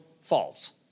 false